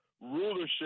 rulership